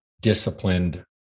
disciplined